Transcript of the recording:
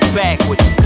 backwards